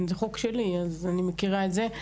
זה חוק שלי, כך שאני מכירה את זה.